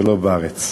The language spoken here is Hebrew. ולא בארץ.